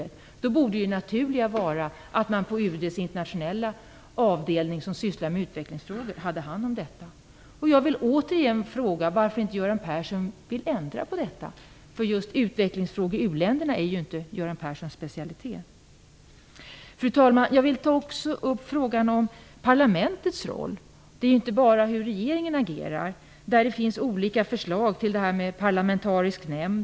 Det naturliga borde då vara att man har hand om detta på UD:s internationella avdelning som sysslar med utvecklingsfrågor. Jag frågar återigen varför Göran Persson inte vill ändra på detta. Utvecklingsfrågor i u-länderna är ju inte Göran Perssons specialitet. Fru talman! Jag vill också ta upp frågan om parlamentets roll. Det gäller inte bara hur regeringen agerar. Det finns olika förslag, bl.a. om parlamentarisk nämnd.